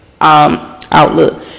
outlook